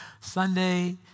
Sunday